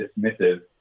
dismissive